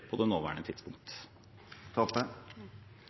på det nåværende tidspunkt.